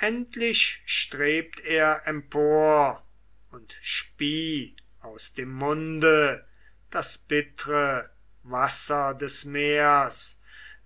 endlich strebt er empor und spie aus dem munde das bittre wasser des meers